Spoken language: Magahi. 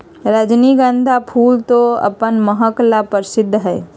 रजनीगंधा फूल तो अपन महक ला प्रसिद्ध हई